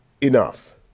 enough